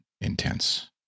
intense